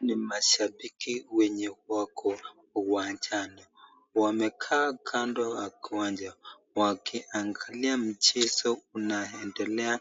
Ni mashabiki wenye wako uwanjani, wamekaa kando ya uwanja wake, angalia mchezo unaendelea